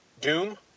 Doom